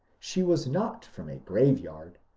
she was not from a graveyard,